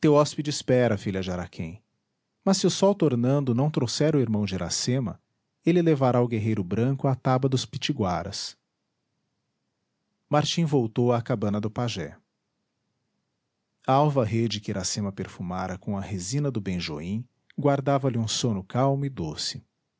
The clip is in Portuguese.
hóspede espera filha de araquém mas se o sol tornando não trouxer o irmão de iracema ele levará o guerreiro branco à taba dos pitiguaras martim voltou à cabana do pajé a alva rede que iracema perfumara com a resina do benjoim guardava-lhe um sono calmo e doce